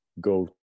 go